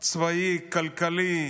צבאי, כלכלי,